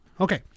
Okay